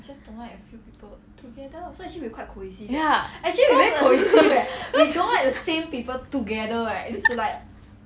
together ya